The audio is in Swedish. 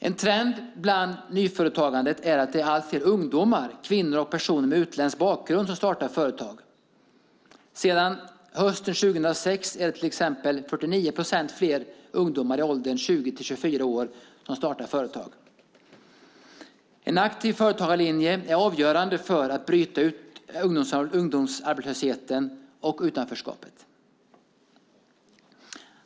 En trend bland nyföretagandet är att det är allt fler ungdomar, kvinnor och personer med utländsk bakgrund som startar företag. Sedan hösten 2006 är det till exempel 49 procent fler ungdomar i åldern 20-24 som startar företag. En aktiv företagarlinje är avgörande för att bryta ungdomsarbetslösheten och utanförskapet.